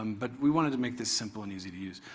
um but we wanted to make this simple and easy to use.